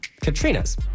Katrina's